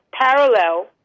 parallel